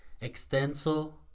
extenso